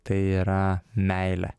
tai yra meilė